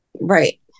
Right